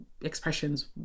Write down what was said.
expressions